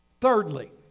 Thirdly